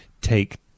take